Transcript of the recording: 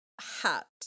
hat